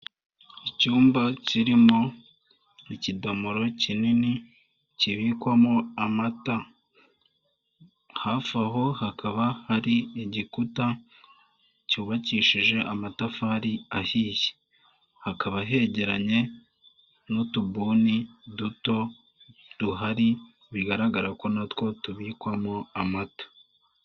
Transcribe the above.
Icyumba kirimo ikidomoro kinini kibikwamo amata. Hafi aho hakaba hari igikuta cyubakishije amatafari ahiye. Hakaba hegeranye n'utubuni duto duhari bigaragara ko natwo tubikwamo amata.